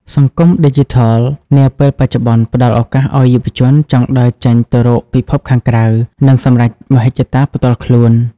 សង្គមឌីជីថលនាពេលបច្ចុប្បន្ន ផ្តល់ឱកាសឱ្យយុវជនចង់ដើរចេញទៅរកពិភពខាងក្រៅ និងសម្រេចមហិច្ឆតាផ្ទាល់ខ្លួន។